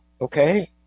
okay